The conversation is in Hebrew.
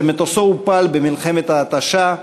שמטוסו הופל במלחמת ההתשה,